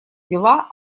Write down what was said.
дела